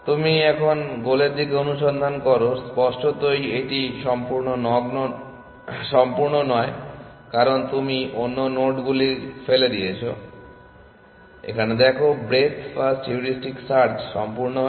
তুমি এখন গোলের দিকে অনুসন্ধান করো স্পষ্টতই এটি সম্পূর্ণ নয় কারণ তুমি অন্য নোডগুলি ফেলে দিয়েছো এখানে দেখো ব্রেডথ ফার্স্ট হিউরিস্টিক সার্চ সম্পূর্ণ হয়েছে